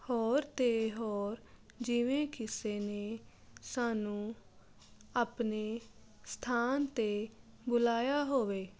ਹੋਰ ਤੇ ਹੋਰ ਜਿਵੇਂ ਕਿਸੇ ਨੇ ਸਾਨੂੰ ਆਪਣੇ ਸਥਾਨ 'ਤੇ ਬੁਲਾਇਆ ਹੋਵੇ